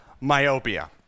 myopia